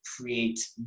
create